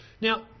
Now